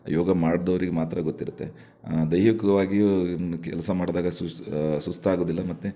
ಯೋಗ ಮಾಡ್ದೋರಿಗೆ ಮಾತ್ರ ಗೊತ್ತಿರುತ್ತೆ ದೈಹಿಕವಾಗಿಯೂ ಕೆಲಸ ಮಾಡಿದಾಗ ಸುಸ್ ಸುಸ್ತಾಗುವುದಿಲ್ಲ ಮತ್ತು